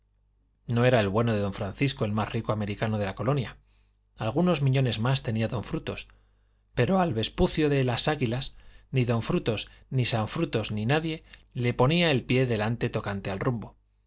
no era el bueno de don francisco el más rico americano de la colonia algunos millones más tenía don frutos pero al vespucio de las águilas ni don frutos ni san frutos ni nadie le ponía el pie delante tocante al rumbo